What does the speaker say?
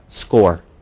score